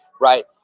right